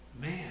Man